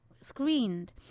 screened